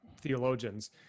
theologians